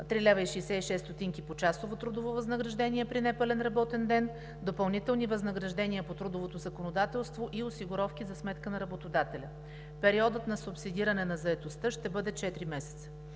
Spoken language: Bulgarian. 3,66 лв. почасово трудово възнаграждение при непълен работен ден, допълнителни възнаграждения по трудовото законодателство и осигуровки за сметка на работодателя. Периодът на субсидиране на заетостта ще бъде 4 месеца.